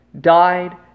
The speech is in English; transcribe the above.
died